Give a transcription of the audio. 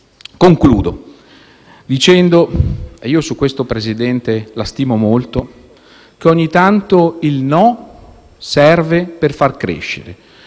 Concludo dicendo - e su questo Presidente la stimo molto - che ogni tanto il no serve per far crescere.